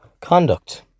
conduct